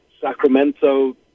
Sacramento